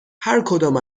هرکدام